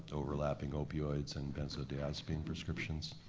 overlapping opioids and benzodiazepine prescriptions.